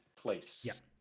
place